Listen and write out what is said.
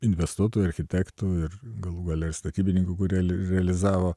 investuotojų architektų ir galų gale ir statybininkų kurie realizavo